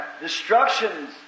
Destructions